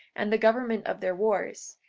and the government of their wars.